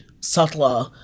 subtler